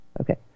Okay